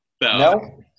No